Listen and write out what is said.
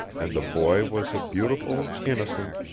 and the boy was a beautiful, innocent,